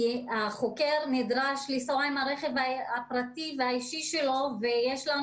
החוקר נדרש לנסוע עם הרכב הפרטי והאישי שלו ויש לנו